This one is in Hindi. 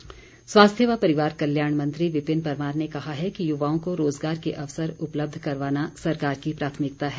परमार स्वास्थ्य व परिवार कल्याण मंत्री विपिन परमार ने कहा है कि युवाओं को रोजगार के अवसर उपलब्ध करवाना सरकार की प्राथमिकता है